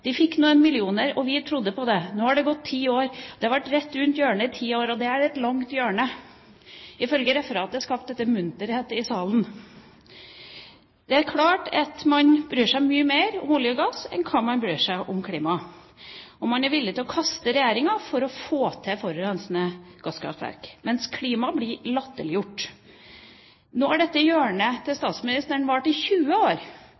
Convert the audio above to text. De fikk noen millioner – vi trodde på det. Nå er det gått ti år, og å være rett rundt hjørnet i ti år er et langt hjørne.» Ifølge referatet skapte det munterhet i salen. Det er klart at man bryr seg mye mer om olje og gass enn man bryr seg om klima, siden man var villig til å kaste regjeringa for å få til forurensende gasskraftverk, mens klimaet ble latterliggjort. Nå har dette hjørnet til statsministeren vart i 20 år.